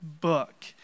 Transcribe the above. book